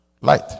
Light